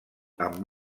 amb